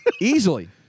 Easily